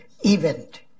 event